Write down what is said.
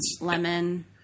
Lemon